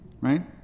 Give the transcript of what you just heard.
right